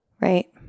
right